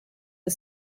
the